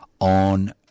on